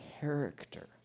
character